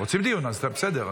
רוצים דיון, בסדר.